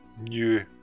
new